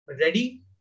ready